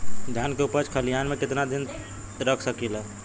धान के उपज खलिहान मे कितना दिन रख सकि ला?